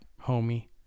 homie